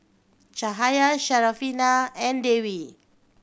Cahaya Syarafina and Dewi